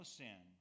sin